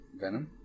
Venom